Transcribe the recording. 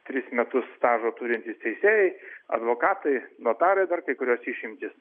tris metus stažą turintys teisėjai advokatai notarai dar kai kurios išimtys